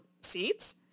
seats